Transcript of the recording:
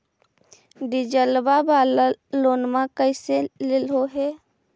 डीजलवा वाला लोनवा कैसे लेलहो हे?